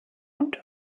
und